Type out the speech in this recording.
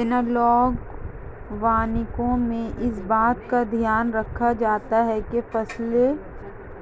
analogue वानिकी में इस बात का ध्यान रखा जाता है कि फसलें